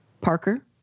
Parker